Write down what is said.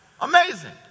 amazing